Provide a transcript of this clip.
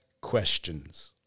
questions